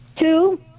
Two